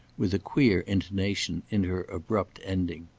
with a queer intonation in her abrupt ending.